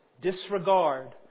Disregard